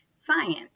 science